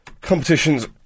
competitions